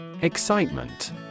Excitement